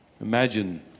Imagine